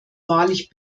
wahrlich